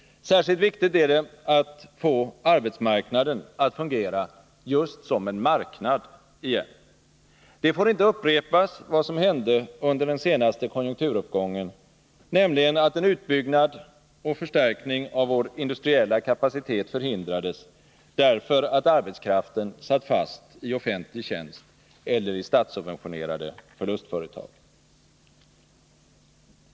Särskilt viktigt är det att få arbetsmarknaden att fungera just som en marknad igen. Det får inte upprepas vad som hände under den senaste konjunkturuppgången, nämligen att en utbyggnad och en förstärkning av vår industriella kapacitet förhindrades, därför att arbetskraften satt fast i offentlig tjänst eller i statssubventionerade förlustföretag.